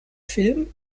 film